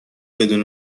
بدون